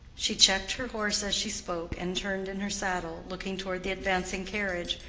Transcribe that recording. she checked her horse as she spoke, and turned in her saddle, looking toward the advancing carriage.